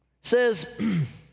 says